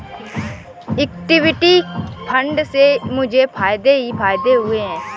equity fund से मुझे फ़ायदे ही फ़ायदे हुए हैं